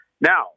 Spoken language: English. Now